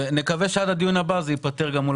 נקווה שעד הדיון הבא ייפתר גם העניין מול